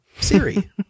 Siri